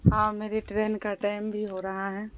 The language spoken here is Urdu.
ہاں میری ٹرین کا ٹائم بھی ہو رہا ہے